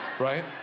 Right